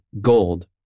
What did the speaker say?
Gold